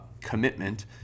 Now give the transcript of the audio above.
commitment